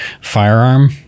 firearm